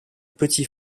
petit